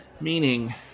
Meaning